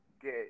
get